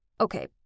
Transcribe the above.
Okay